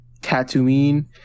Tatooine